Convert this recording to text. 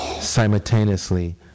simultaneously